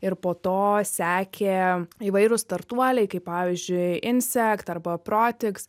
ir po to sekė įvairūs startuoliai kaip pavyzdžiui insekt arba protiks